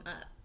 up